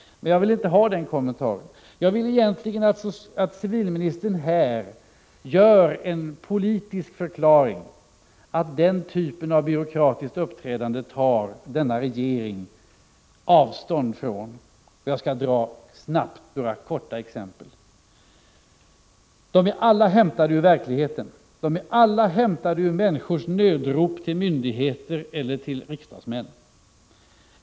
Men jag vill inte ha den kommentaren. Jag vill i stället att civilministern här ger en politisk förklaring som innebär att regeringen tar avstånd från den typ av byråkratiskt uppträdande som jag kommer att exemplifiera. De exempel jag skall anföra är alla hämtade ur verkligheten. Alla handlar om människors nödrop till myndigheter eller till riksdagsmän.